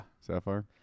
Sapphire